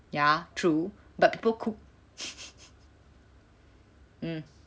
ya true but people cook